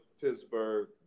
Pittsburgh